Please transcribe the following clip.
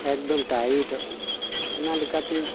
ᱮᱠᱫᱚᱢ ᱴᱟᱭᱤᱴᱚᱜ ᱠᱟᱱᱟ ᱚᱱᱟ ᱞᱮᱠᱟᱛᱮ